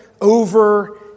over